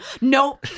no